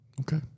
Okay